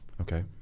Okay